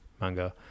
manga